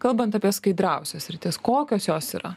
kalbant apie skaidriausias sritis kokios jos yra